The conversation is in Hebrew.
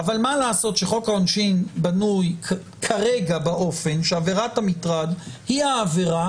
אבל מה לעשות שחוק העונשין בנוי כרגע באופן שעבירת המטרד היא העבירה